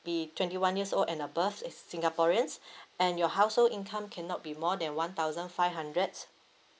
be twenty one years old and as singaporean and your household income cannot be more than one thousand five hundred